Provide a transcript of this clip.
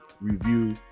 review